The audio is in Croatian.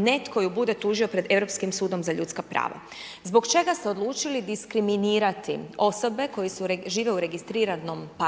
netko bude tužio pred Europskim sudom za ljudska prava? Zbog čega ste odlučili diskriminirati osobe koje žive u registriranom partnerstvu